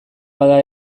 bada